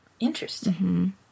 Interesting